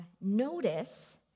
notice